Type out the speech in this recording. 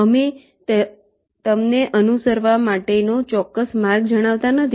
અમે તમને અનુસરવા માટેનો ચોક્કસ માર્ગ જણાવતા નથી